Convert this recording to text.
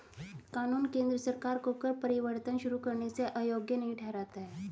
कानून केंद्र सरकार को कर परिवर्तन शुरू करने से अयोग्य नहीं ठहराता है